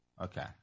Okay